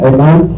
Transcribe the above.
Amen